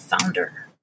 founder